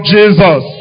Jesus